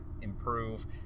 improve